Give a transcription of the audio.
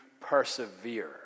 persevere